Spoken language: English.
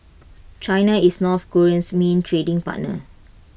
China is north Korea's main trading partner